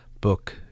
book